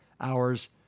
hours